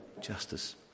justice